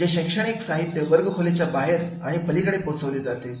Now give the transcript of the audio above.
जे शैक्षणिक साहित्य वर्गखोली च्या बाहेर आणि पलीकडे पोचवले जाते